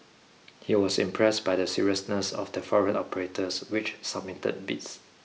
he was impressed by the seriousness of the foreign operators which submitted bids